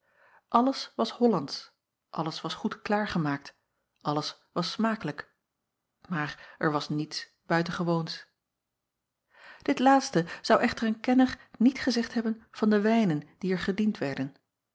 lles was ollandsch alles was goed klaargemaakt alles was smakelijk maar er was niets buitengewoons it laatste zou echter een kenner niet gezegd hebben van de wijnen die er gediend werden